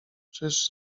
czyż